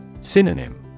Synonym